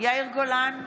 יאיר גולן,